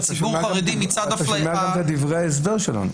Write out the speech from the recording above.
ציבור חרדי --- אתה שומע את דברי ההסבר שלנו.